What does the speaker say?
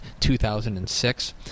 2006